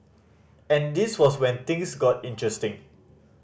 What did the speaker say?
and this was when things got interesting